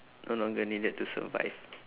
no longer needed to survive